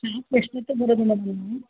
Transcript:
ಶಾಪ್ಗೆ ಎಷ್ಟೊತ್ತಿಗೆ ಬರೋದು ಮೇಡಮ್ ನೀವು